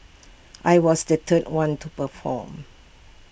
I was the third one to perform